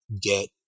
get